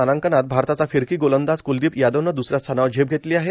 मानांकनात भारताचा फिरकी गोलंदाज कुलदीप यादवनं द्सऱ्या स्थानावर झेप घेतली आहे